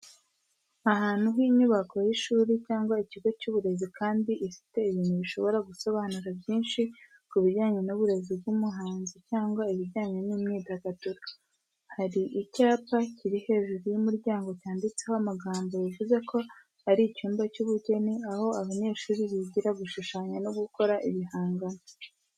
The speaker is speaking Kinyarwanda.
Ahantu h'inyubako y’ishuri cyangwa ikigo cy’uburezi kandi ifite ibintu bishobora gusobanura byinshi ku bijyanye n’uburezi bw’ubuhanzi cyangwa ibijyanye n’imyidagaduro. Hari icyapa kiri hejuru y'umuryango cyanditseho amagambo bivuze ko ari icyumba cy’ubugeni, aho abanyeshuri bigira gushushanya no gukora ibihangano.